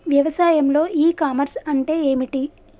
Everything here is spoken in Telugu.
వ్యవసాయంలో ఇ కామర్స్ అంటే ఏమిటి?